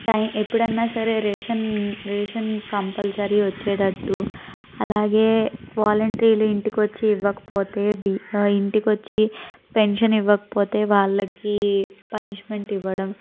టై ఎప్పుడన్నా సరే ration ration compulsory వచ్చేటట్టు అలాగే వాలంట్రీలు ఇంటికొచ్చి ఇవ్వకపోతే బి ఇంటికొచ్చి పెన్షన్ ఇవ్వకపోతే వాళ్ళకి పనిష్మెంట్ ఇవ్వడం